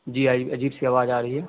جی عجیب سی آواز آ رہی ہے